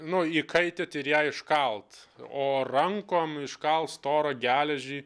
nu įkaityt ir ją iškalt o rankom iškalt storą geležį